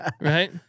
right